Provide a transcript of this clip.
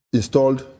installed